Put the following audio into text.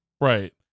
Right